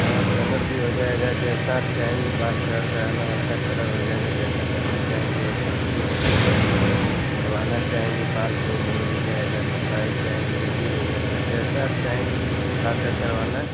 हाँ कलर भी हो जाएगा जैसा आप चाहेंगी बाल कलर कराना वैसा कलर हो जाएगा जैसा कटिंग चाहेंगी वैसा कटिंग हो जाएगा मुड़वाना चाहेंगी बाल को मुड़ भी जाएगा लंबाई चाहेंगी वो भी हो जाएगा जैसा आप चाहेंगी सेटिंग बाल का करवाना